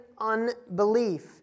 unbelief